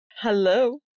hello